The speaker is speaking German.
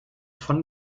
von